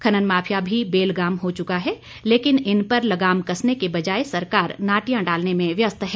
खनन माफिया भी बेलगाम हो चुका है लेकिन इन पर लगाम कसने के बजाए सरकार नाटियां डालने में व्यस्त है